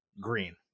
green